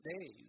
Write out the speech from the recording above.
days